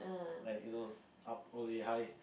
like you know up all the way high